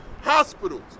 hospitals